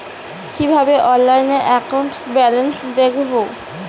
কিভাবে অনলাইনে account balance দেখবো?